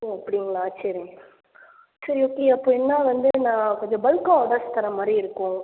ஓ அப்படிங்களா சரி சரி ஓகே அப்போ என்ன வந்து நான் கொஞ்சம் பல்க்காக ஆர்டர்ஸ் தர மாதிரி இருக்கும்